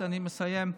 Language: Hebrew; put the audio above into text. אני מסיים.